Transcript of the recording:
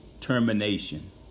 termination